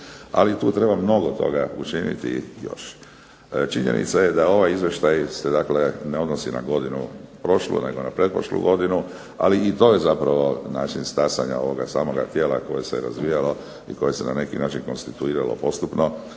Ali tu treba mnogo toga učiniti još. Činjenica je da ovaj Izvještaj se dakle ne odnosi na godinu prošlu nego na pretprošlu godinu ali i to je zapravo način stasanja ovoga samoga tijela koje se razvijalo i koje se na neki način konstituiralo postupno